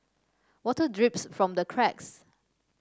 water drips from the cracks